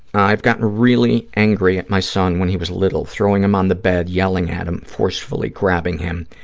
i've gotten really angry at my son when he was little, throwing him on the bed, yelling at him forcefully, grabbing him,